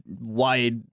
wide